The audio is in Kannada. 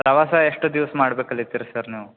ಪ್ರವಾಸ ಎಷ್ಟು ದಿವ್ಸ ಮಾಡ್ಬೇಕು ಅಲ್ಲಿತಿರಿ ಸರ್ ನೀವು